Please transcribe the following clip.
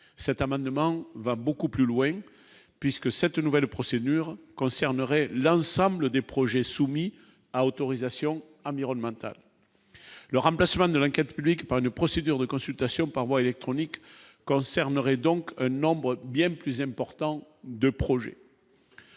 cet amendement va beaucoup plus loin puisque cette nouvelle procédure concernerait l'ensemble des projets soumis à autorisation environnementale, le remplacement de l'enquête publique, par une procédure de consultation par voie électronique concernerait donc nombre bien plus important, 2 projets.